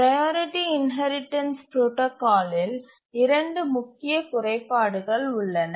priority inheritance புரோடாகாலில் இரண்டு முக்கிய குறைபாடுகள் உள்ளன